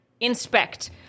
inspect